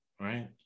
right